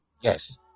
yes